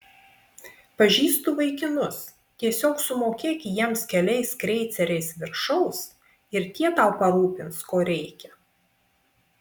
pažįstu vaikinus tiesiog sumokėk jiems keliais kreiceriais viršaus ir tie tau parūpins ko reikia